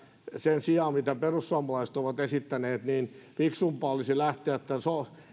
sen sijaan mitä perussuomalaiset ovat esittäneet niin fiksumpaa olisi lähteä tämän